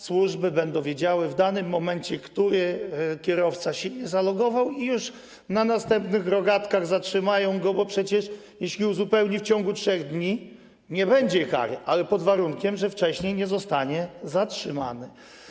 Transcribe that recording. Służby będą wiedziały w danym momencie, który kierowca się nie zalogował, i już na następnych rogatkach go zatrzymają, bo przecież jeśli to uzupełni w ciągu 3 dni, to nie będzie kary, ale pod warunkiem, że wcześniej nie zostanie zatrzymany.